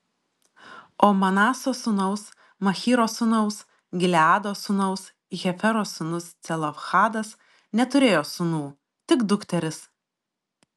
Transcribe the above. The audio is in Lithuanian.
o manaso sūnaus machyro sūnaus gileado sūnaus hefero sūnus celofhadas neturėjo sūnų tik dukteris